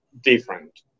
different